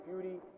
beauty